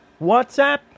WhatsApp